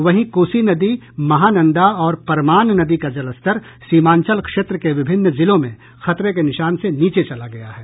वहीं कोसी नदी महानंदा और परमान नदी का जलस्तर सीमांचल क्षेत्र के विभिन्न जिलों में खतरे के निशान से नीचे चला गया है